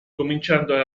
cominciando